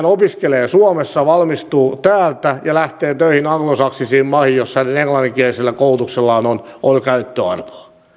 opiskelee suomessa valmistuu täältä ja lähtee töihin anglosaksisiin maihin missä hänen englanninkielisellä koulutuksellaan on on käyttöarvoa